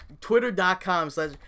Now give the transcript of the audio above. twitter.com/slash